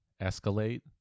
escalate